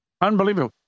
Unbelievable